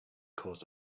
caused